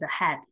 ahead